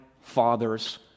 father's